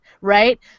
right